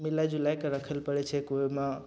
मिला जुला कऽ रखय लए पड़य छै कोइ ओइमे